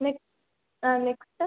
next ah next